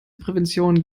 prävention